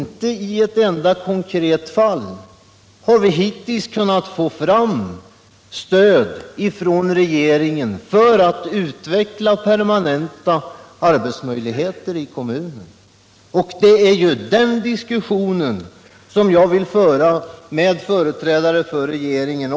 Inte i något enda konkret fall har vi emellertid hittills kunnat få stöd från regeringen för att utveckla permanenta arbetsmöjligheter i kommunen -— det är en diskussion om detta som jag vill föra med företrädare för regeringen.